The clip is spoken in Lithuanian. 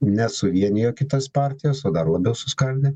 nesuvienijo kitas partijas o dar labiau suskaldė